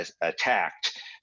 attacked